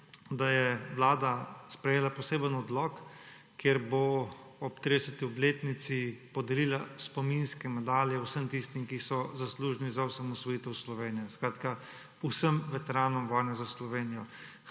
da je Vlada sprejela poseben odlok, kjer bo ob 30. obletnici podelila spominske medalje vsem tistim, ki so zaslužni za osamosvojitev Slovenije, vsem veteranom vojne za Slovenijo.